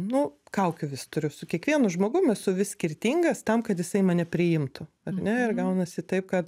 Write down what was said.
nu kaukių vis turiu su kiekvienu žmogum esu vis skirtingas tam kad jisai mane priimtų ar ne ir gaunasi taip kad